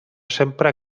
sempre